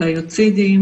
וביוצידים.